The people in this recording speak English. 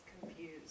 confused